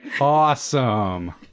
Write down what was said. Awesome